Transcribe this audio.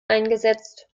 eingesetzt